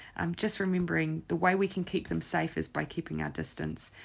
i'm just remembering the way we can keep them safe is by keeping our distance.